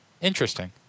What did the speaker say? Interesting